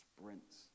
sprints